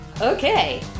Okay